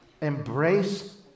embrace